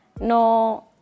No